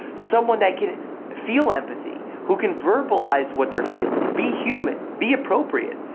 someone that can feel empathy, who can verbalize what they're feeling. be human, be appropriate,